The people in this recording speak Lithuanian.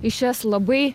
į šias labai